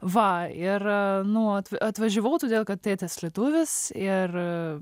va ir nu atvažiavau todėl kad tėtis lietuvis ir